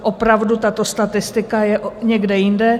Opravdu, tato statistika je někde jinde.